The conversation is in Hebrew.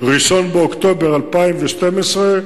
1 באוקטובר 2012,